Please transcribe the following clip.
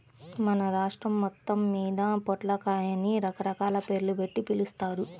మన రాష్ట్రం మొత్తమ్మీద పొట్లకాయని రకరకాల పేర్లుబెట్టి పిలుస్తారు